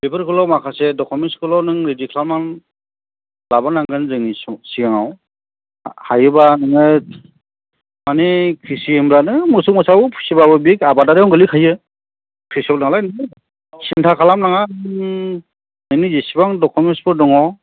बेफोरखौल' माखासे दकुमेन्सखौल' नों रेदि खालामनानै माबानांगोन जोंनि सिगाङाव हायोबा नोङो माने फिसियोबा मोसौ मोसाखौ फिसिबाबो बे आबादारियाव गोग्लैखायो क्रिस'क नालाय सिन्था खालामनाङा नोंनि जेसेबां दकुमेन्सफोर दङ